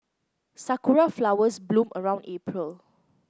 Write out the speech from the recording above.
sakura flowers bloom around April